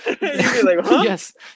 yes